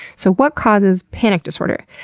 so what causes panic disorder?